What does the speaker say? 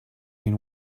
been